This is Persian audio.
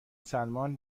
سلمان